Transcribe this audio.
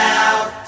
out